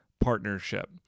partnership